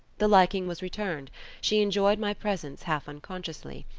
the liking was returned she enjoyed my presence half-unconsciously,